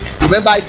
Remember